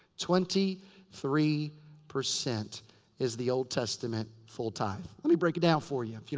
twenty three percent is the old testament full tithe. let me break it down for yeah you.